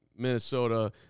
Minnesota